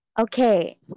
Okay